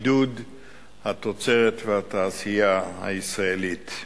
עידוד התוצרת והתעשייה הישראלית.